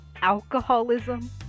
Alcoholism